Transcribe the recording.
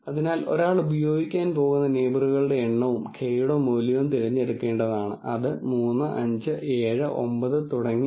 അതിനാൽ നിങ്ങൾ ഈ അനുമാനങ്ങൾ ഉണ്ടാക്കുന്ന മൾട്ടി ഡൈമൻഷണൽ ഡാറ്റയിൽ നിന്ന് ആരംഭിക്കുന്നു തുടർന്ന് നിങ്ങൾ ചെയ്യുന്നത് ഇനിപ്പറയുന്നവയാണ്